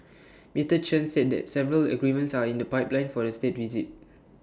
Mister Chen said that several agreements are in the pipeline for the State Visit